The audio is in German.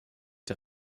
der